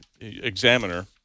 examiner